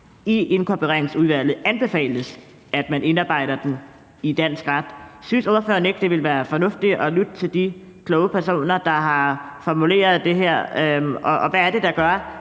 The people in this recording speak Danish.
handicapkonventionen, der anbefaler, at man indarbejder dem i dansk ret. Synes ordføreren ikke, det ville være fornuftigt at lytte til de kloge personer, der har formuleret det her? Og hvad er det, når man